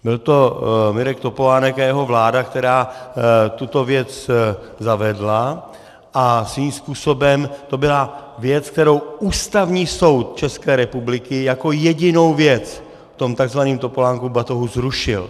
Byl to Mirek Topolánek a jeho vláda, která tuto věc zavedla, a svým způsobem to byla věc, kterou Ústavní soud České republiky jako jedinou věc v tom tzv. Topolánkově batohu zrušil.